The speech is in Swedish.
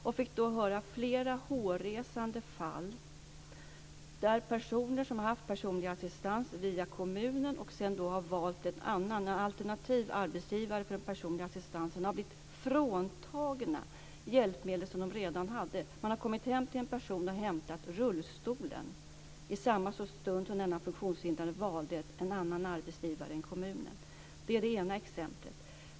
Jag fick då höra om fler hårresande fall, där personer som haft personlig assistans via kommunen och sedan valt en alternativ arbetsgivare för den personliga assistansen har blivit fråntagna hjälpmedel som de redan hade. Man har kommit hem till en person och hämtat rullstolen i samma stund som den funktionshindrade valde en annan arbetsgivare än kommunen. Det är det ena exemplet.